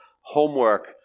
homework